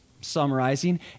summarizing